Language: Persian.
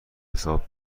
حساب